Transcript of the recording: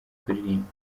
kuririmba